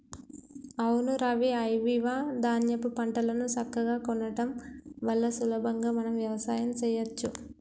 అవును రవి ఐవివ ధాన్యాపు పంటలను సక్కగా కొనడం వల్ల సులభంగా మనం వ్యవసాయం సెయ్యచ్చు